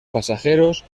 pasajeros